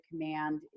command